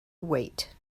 wait